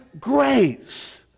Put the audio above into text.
grace